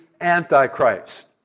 Antichrist